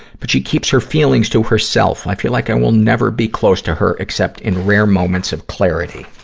but she keeps her feelings to herself. i feel like i will never be close to her, except in rare moments of clarity.